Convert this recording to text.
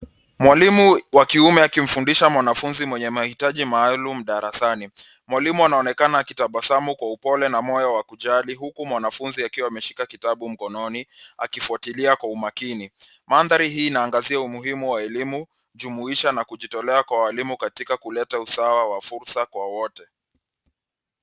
Mwalimu wa kiume akifundisha mwanafunzi mwenye mahitaji maalum darasani, mwalimu anaonekana akitabasamu kwa upole na moyo wa kujali huku mwanafunzi akiwa ameshika kitabu mkononi akifwatilia kwa umakini, maandari hii inaangazia umuhimu wa elimu jumuisha na kujitolea kwa walimu katika kuleta usawa wa fursa kwa wote.